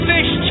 Fish